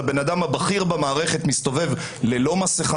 הבן אדם הבכיר במערכת מסתובב ללא מסכה,